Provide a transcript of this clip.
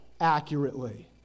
accurately